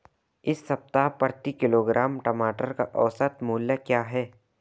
इस सप्ताह प्रति किलोग्राम टमाटर का औसत मूल्य क्या है?